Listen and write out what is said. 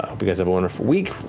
hope you guys have a wonderful week,